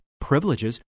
privileges